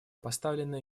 поставлены